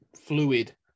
fluid